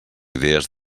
idees